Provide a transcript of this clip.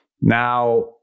Now